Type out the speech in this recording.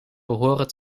behoren